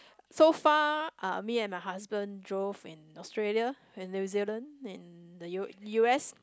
so far uh me and my husband drove in Australia in New Zealand in the U U_S